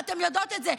ואתן יודעות את זה.